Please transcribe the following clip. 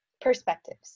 perspectives